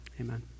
amen